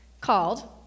called